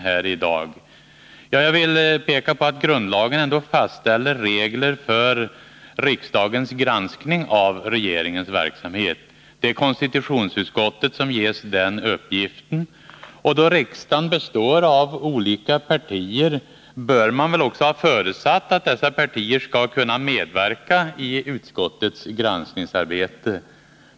Ja, jag vill peka på att grundlagen ändå fastställer regler för riksdagens granskning av regeringens verksamhet. Det är konstitutionsutskottet som ges den uppgiften, och då riksdagen består av olika partier bör man väl också ha förutsatt att dessa partier skall kunna medverka i utskottets granskningsarbete.